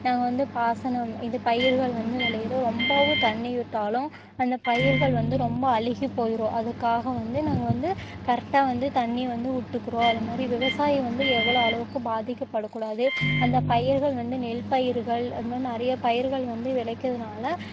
நாங்கள் வந்து பாசனம் இது பயிர்கள் வந்து விளையிறோம் ரொம்பவும் தண்ணி விட்டாலும் அந்த பயிர்கள் வந்து ரொம்ப அழுகி போயிடும் அதுக்காக வந்து நாங்கள் வந்து கரெக்டாக வந்து தண்ணி வந்து விட்டுக்குறோம் அது மாதிரி விவசாயம் வந்து எவ்வளோ அளவுக்கு பாதிக்கப்படக்கூடாது அந்த பயிர்கள் வந்து நெல் பயிர்கள் அது மாதிரி நிறைய பயிர்கள் வந்து விளைக்கிறதுனால்